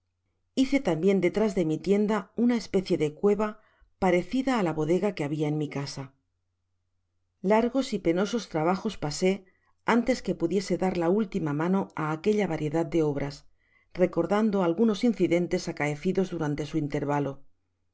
hice tambien detras de mi tienda una especie de cueva parecida á la bodega que habia en mi casa largos y penosos trabajos pasé antes que pudiese dar la última mano á aquella variedad de obras recordando algunos incidentes acaecidos duranto su intérvalo